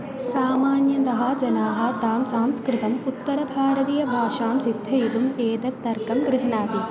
सामान्यतः जनाः तं सांस्कृतम् उत्तरभारतीयभाषां सिद्धयितुम् एतत् तर्कं गृह्णाति